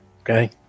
okay